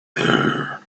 there